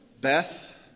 Beth